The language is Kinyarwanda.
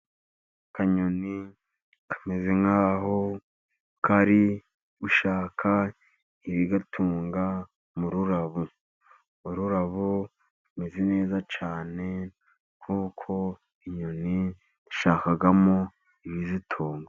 Akanyoni kameze nk'aho kari gushaka ibigatunga mu rurabo. Ururabo rumeze neza cyane, kuko inyoni ishakamo ibiyitunga.